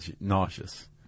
nauseous